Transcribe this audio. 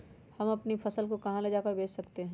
हम अपनी फसल को कहां ले जाकर बेच सकते हैं?